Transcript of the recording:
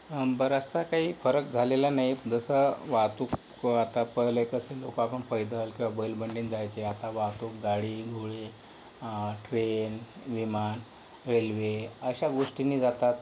बराचसा काही फरक झालेला नाही जसं वाहतूक आता पहिले कसं लोक आपण पैदल किंवा बैलबंडीने जायचे आता वाहतूक गाडी घोडी ट्रेन विमान रेल्वे अशा गोष्टींनी जातात